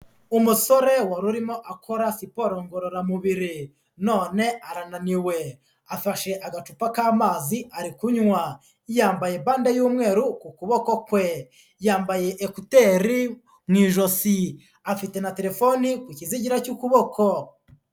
Umusore wari urimo akora siporo ngororamubiri none arananiwe, afashe agacupa k'amazi ari kunywa, yambaye bande y'umweru ku kuboko kwe, yambaye ekuteri mu ijosi, afite na telefone ku kizigira cy'ukuboko.